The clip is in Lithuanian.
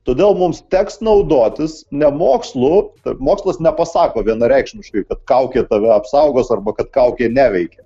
todėl mums teks naudotis ne mokslu tai mokslas nepasako vienareikšmiškai kad kaukė tave apsaugos arba kad kaukė neveikia